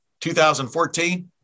2014